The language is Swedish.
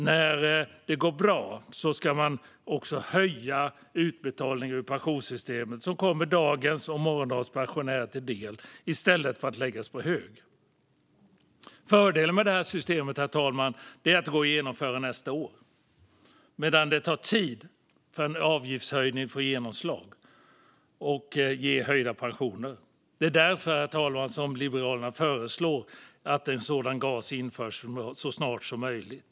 När det går bra skulle man höja utbetalningen ur pensionssystemet så att pengarna kommer dagens och morgondagens pensionärer till del i stället för att läggas på hög. Fördelen med ett sådant system, herr talman, är att det går att genomföra nästa år, medan det tar tid innan en avgiftshöjning får genomslag och ger höjda pensioner. Därför föreslår Liberalerna att en sådan gas införs så snart som möjligt.